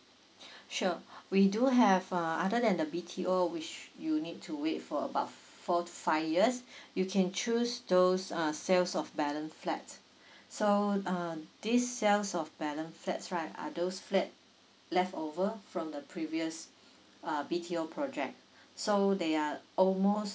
sure we do have uh other than the B_T_O which you need to wait for about four to five years you can choose those uh sales of balance flat so uh this sales of balance flats right are those flat left over from the previous uh B_T_O project so they are almost